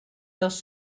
dels